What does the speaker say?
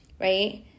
right